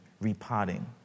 repotting